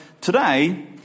today